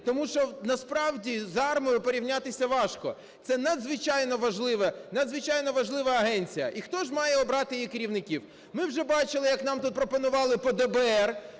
тому що насправді з АРМА порівнятися важко, це надзвичайно важлива агенція. І хто ж має обрати її керівників? Ми вже бачили, як нам тут пропонували по ДБР: